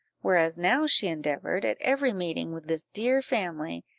whereas now she endeavoured, at every meeting with this dear family,